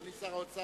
אדוני שר האוצר,